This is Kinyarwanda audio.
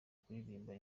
kuririmba